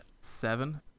Seven